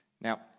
Now